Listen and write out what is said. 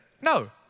No